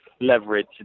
leverage